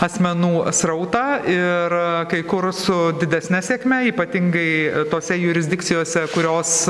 asmenų srautą ir kai kur su didesne sėkme ypatingai tose jurisdikcijose kurios